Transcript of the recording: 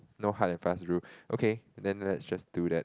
no hard and fast rule okay then let's just do that